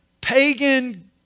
pagan